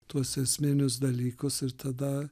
tuos esminius dalykus ir tada